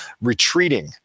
retreating